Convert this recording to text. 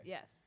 Yes